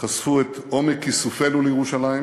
חשפו את עומק כיסופינו לירושלים